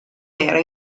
era